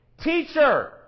Teacher